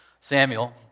Samuel